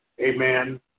Amen